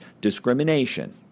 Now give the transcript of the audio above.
discrimination